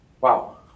Wow